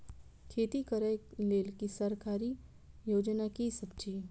खेती करै लेल सरकारी योजना की सब अछि?